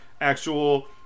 actual